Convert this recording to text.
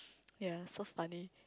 ya so funny